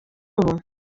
ubu